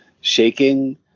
shaking